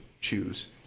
choose